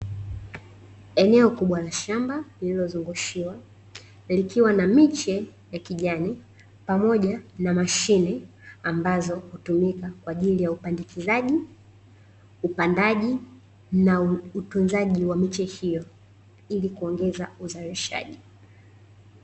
Eneo kubwa la shamba lililozungushiwa, likiwa na miche ya kijani, pamoja na mashine ambazo hutumika kwa ajili ya upandikizaji, upandaji, na utunzaji wa miche hiyo, ili kuongeza uzalishaji.